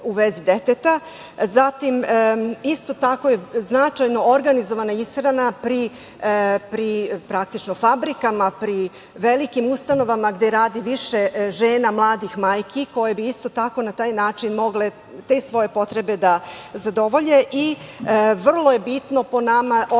u vezi deteta. Zatim, isto je značajna organizovana ishrana pri fabrikama, pri velikim ustanovama gde radi više žena mladih majki, koje bi isto tako na taj način mogle te svoje potrebe da zadovolje. Po nama je vrlo bitno organizovanje